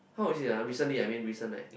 how is it ah recently leh I mean recent eh